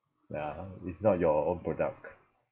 ya it's not your own product